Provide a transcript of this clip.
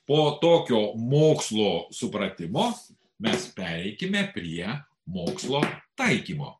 po tokio mokslo supratimo mes pereikime prie mokslo taikymo